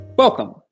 Welcome